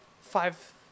five